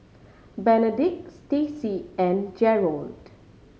Benedict Staci and Gerold